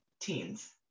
teens